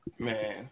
Man